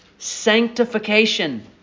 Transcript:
Sanctification